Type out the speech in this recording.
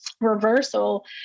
reversal